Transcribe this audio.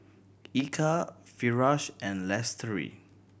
Eka Firash and Lestari